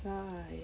!hais!